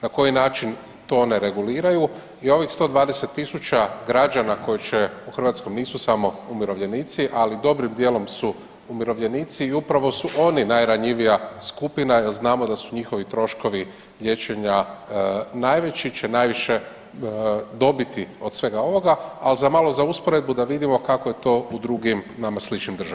Na koji način to one reguliraju i ovih 120.000 građana koji će u Hrvatskoj nisu samo umirovljenici, ali dobrim dijelom su umirovljenici i upravo su oni najranjivija skupina jer znamo da su njihovi troškovi liječenja najveći, će najviše dobiti od svega ovoga, ali za, malo za usporedbu da vidimo kako je to u drugim nama sličnim državama.